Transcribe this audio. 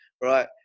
right